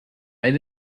made